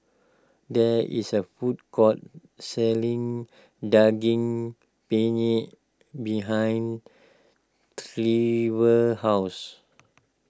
there is a food court selling Daging Penyet behind Trever's house